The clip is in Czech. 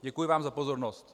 Děkuji vám za pozornost.